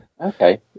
Okay